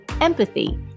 empathy